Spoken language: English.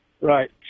Right